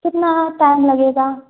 कितना टाइम लगेगा